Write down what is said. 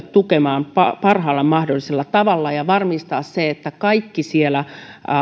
tukemaan parhaalla mahdollisella tavalla ja tulisi varmistaa se että kaikki siellä